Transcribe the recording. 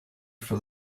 for